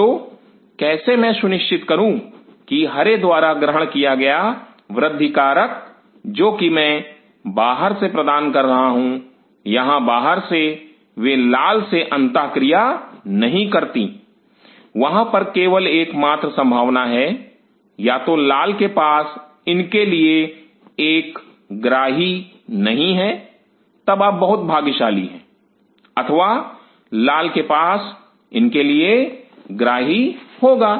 तो कैसे मैं सुनिश्चित करूं की हरे द्वारा ग्रहण किया गया वृद्धि कारक जो कि मैं बाहर से प्रदान कर रहा हूं यहां बाहर वे लाल से अंतःक्रिया नहीं करता वहां पर केवल एक मात्र संभावना है या तो लाल के पास इसके लिए एक ग्राही नहीं है तब आप बहुत भाग्यशाली हैं अथवा लाल के पास इसके लिए ग्राही होगा